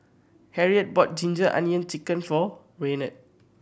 Harriet bought ginger onion chicken for Raynard